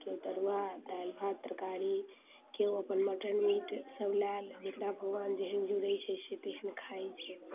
केओ तरुआ दालि भात तरकारी केओ अपन मटन मीट सब लाइल जकरा भगवान जेहन जुड़ै छै से तेहन खाइ छै